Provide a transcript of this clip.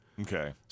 Okay